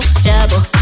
trouble